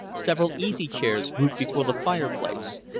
several easy chairs grouped before the fireplace,